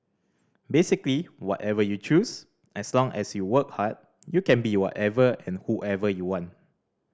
basically whatever you choose as long as you work hard you can be whatever and whoever you want